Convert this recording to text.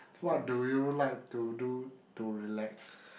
what do you like to do to relax